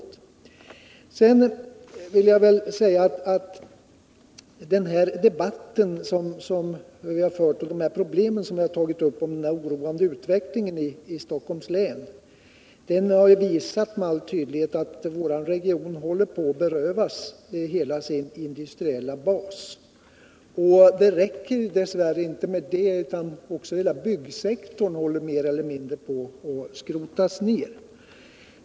Den debatt som vi har fört och de problem som vi har tagit upp om den oroande utvecklingen i Stockholms län har tydligt visat att vår region håller på att berövas hela sin industriella bas. Det räcker dess värre inte med det, utan även hela byggsektorn håller mer eller mindre på att skrotas ner.